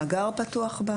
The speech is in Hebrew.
המאגר פתוח.